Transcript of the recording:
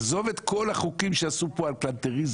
עזוב את כל החוקים שעשו על כלנתריזם.